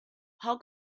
how